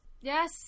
Yes